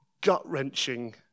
gut-wrenching